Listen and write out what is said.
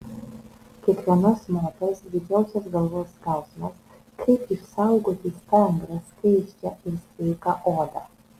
kiekvienos moters didžiausias galvos skausmas kaip išsaugoti stangrią skaisčią ir sveiką odą